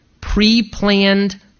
pre-planned